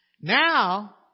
Now